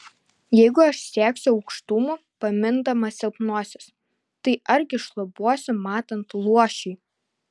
jeigu aš sieksiu aukštumų pamindamas silpnuosius tai argi šlubuosiu matant luošiui